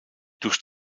durch